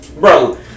bro